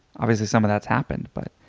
obviously some of that's happened but